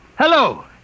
Hello